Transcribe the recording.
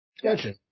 Gotcha